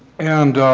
and